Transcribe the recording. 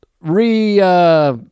re